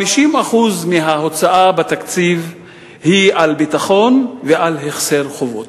50% מההוצאה בתקציב היא על ביטחון ועל החזר חובות.